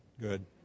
Good